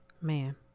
man